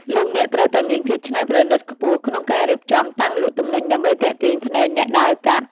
លោកអ្នកត្រូវតែមានភាពច្នៃប្រឌិតខ្ពស់ក្នុងការរៀបចំតាំងលក់ទំនិញដើម្បីទាក់ទាញភ្នែកអ្នកដើរកាត់។